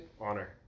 honor